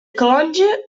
calonge